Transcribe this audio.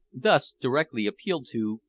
thus directly appealed to,